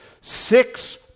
Six